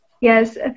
yes